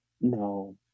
No